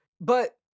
But-